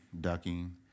ducking